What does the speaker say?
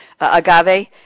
agave